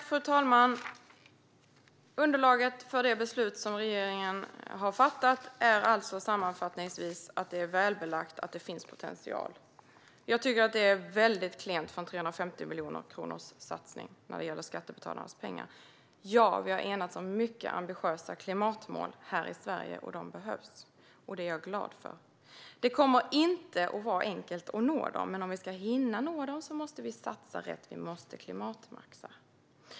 Fru talman! Underlaget för det beslut som regeringen har fattat är alltså sammanfattningsvis att det är välbelagt att det finns potential. Jag tycker att det är väldigt klent för en 350-miljonerssatsning som gäller skattebetalarnas pengar. Ja, vi har enats om mycket ambitiösa klimatmål här i Sverige, och de behövs. Det är jag glad för. Det kommer inte att vara enkelt att nå dem, men om vi ska hinna nå dem måste vi satsa rätt. Vi måste klimatmaxa.